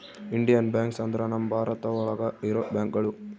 Indian banks ಅಂದ್ರ ನಮ್ ಭಾರತ ಒಳಗ ಇರೋ ಬ್ಯಾಂಕ್ಗಳು